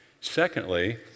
Secondly